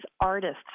artists